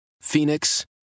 Phoenix